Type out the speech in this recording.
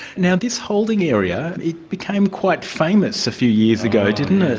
now this holding area, it became quite famous a few years ago, didn't it?